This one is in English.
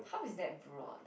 how is that broad